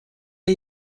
are